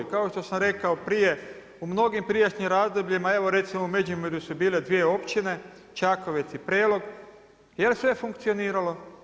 Kao što sam rekao prije, u mnogim prijašnjim razdobljima, evo recimo u Međimurju su bile dvije općine Čakovec i Prelog, je li sve funkcioniralo?